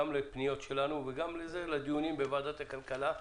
לפניות שלנו וגם לדיונים בוועדת הכלכלה,